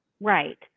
Right